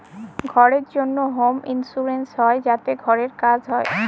ঘরের জন্য home insurance হয় যাতে ঘরের কাজ হয়